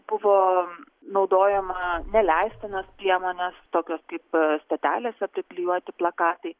buvo naudojama neleistinas priemones tokios kaip stotelėse priklijuoti plakatai